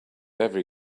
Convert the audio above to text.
every